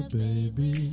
baby